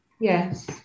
Yes